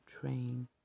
Train